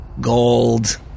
Gold